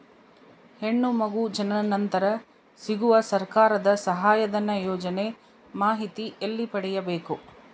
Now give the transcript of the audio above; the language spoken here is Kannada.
ಹೆಣ್ಣು ಮಗು ಜನನ ನಂತರ ಸಿಗುವ ಸರ್ಕಾರದ ಸಹಾಯಧನ ಯೋಜನೆ ಮಾಹಿತಿ ಎಲ್ಲಿ ಪಡೆಯಬೇಕು?